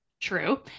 true